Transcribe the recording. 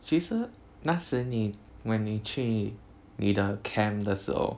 其实那时你 when 你去你的 camp 的时候